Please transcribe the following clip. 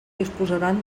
disposaran